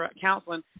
counseling